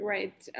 Right